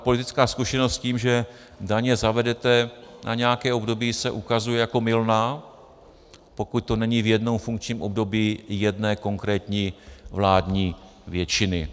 Politická zkušenost s tím, že daně zavedete na nějaké období, se ukazuje jako mylná, pokud to není v jednom funkčním období jedné konkrétní vládní většiny.